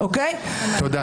תודה.